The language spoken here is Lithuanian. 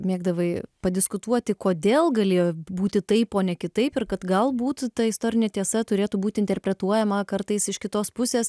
mėgdavai padiskutuoti kodėl galėjo būti taip o ne kitaip ir kad galbūt ta istorinė tiesa turėtų būti interpretuojama kartais iš kitos pusės